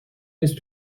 نیست